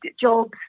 jobs